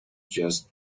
just